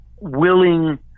willing